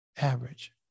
average